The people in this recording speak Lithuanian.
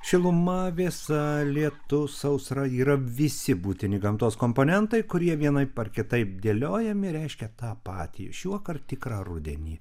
šiluma vėsa lietus sausra yra visi būtini gamtos komponentai kurie vienaip ar kitaip dėliojami reiškia tą patį šiuokart tikrą rudenį